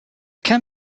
can